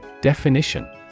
Definition